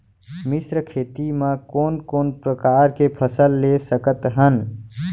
मिश्र खेती मा कोन कोन प्रकार के फसल ले सकत हन?